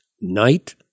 night